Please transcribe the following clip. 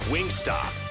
Wingstop